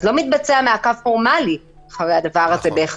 אז לא מתבצע מעקב פורמלי בעניין הזה.